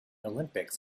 olympics